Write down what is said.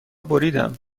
بریدم